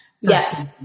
Yes